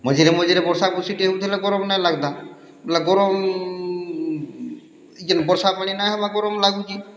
ମଝିରେ ମଝିରେ ବର୍ଷା ବର୍ଷିଟେ ହଉଥିଲେ ଗରମ୍ ନାଇଁ ଲାଗ୍ତା ବେଲେ ଗରମ୍ ଇ ଯେନ୍ ବର୍ଷା ପାଣି ନାଇଁ ହେବାର୍ ଗରମ୍ ଲାଗୁଛେ